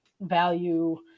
value